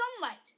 sunlight